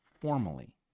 formally